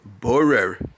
Borer